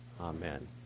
Amen